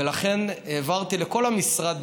ולכן העברתי לכל המשרד,